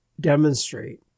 demonstrate